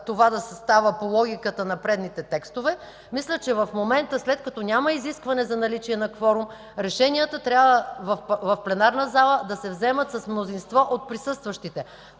това да става по логиката на предишните текстове, мисля, че в момента, когато няма изискване за наличие на кворум, решенията в пленарната зала трябва да се вземат с мнозинство от присъстващите.